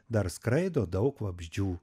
dar skraido daug vabzdžių